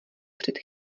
před